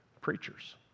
preachers